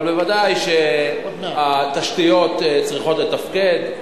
אבל ודאי שהתשתיות צריכות לתפקד.